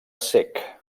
cec